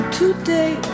today